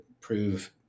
prove